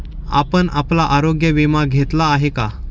आपण आपला आरोग्य विमा घेतला आहे का?